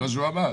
זה מה שהוא אמר.